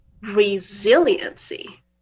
resiliency